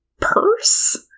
purse